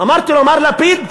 אמרתי לו: מר לפיד,